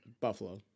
Buffalo